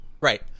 Right